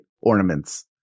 ornaments